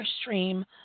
stream